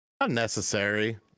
Unnecessary